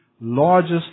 largest